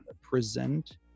present